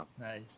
Nice